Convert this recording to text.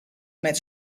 met